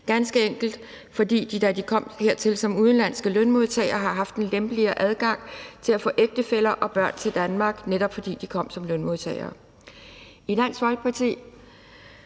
ganske enkelt, fordi de, da de kom hertil som udenlandske lønmodtagere, har haft en lempeligere adgang til at få ægtefæller og børn til Danmark, netop fordi de kom som lønmodtagere.